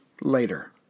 later